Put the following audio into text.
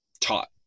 Taught